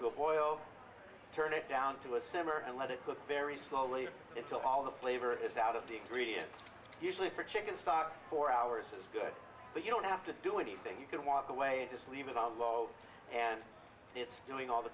boil turn it down to a sever and let it cook very slowly it till all the flavor is out of the ingredients usually for chicken stock four hours is good but you don't have to do anything you can walk away and just leave it on a lot and it's doing all the